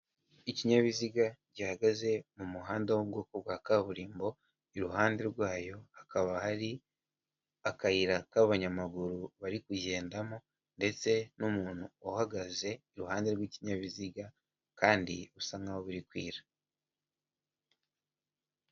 Ikinyabiziga gihagaze mu muhanda wo mu bwoko bwa kaburimbo, iruhande rwayo hakaba hari akayira k'abanyamaguru bari kugendamo ndetse n'umuntu uhagaze, iruhande rw'ikinyabiziga kandi busa nk'aho buri kwira.